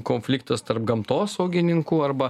konfliktas tarp gamtosaugininkų arba